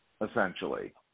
essentially